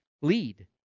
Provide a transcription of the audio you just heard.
Lead